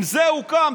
עם זה הוא קם.